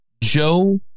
Joe